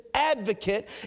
advocate